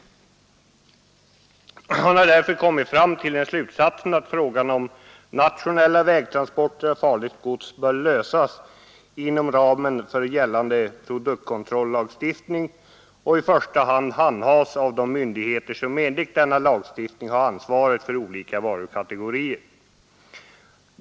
Departementschefen har därför kommit fram till slutsatsen att frågan om nationella vägtransporter av farligt gods bör lösas inom ramen för gällande produktkontrollagstiftning och främst handhas av de myndigheter som enligt denna lagstiftning har ansvaret för olika varukategorier.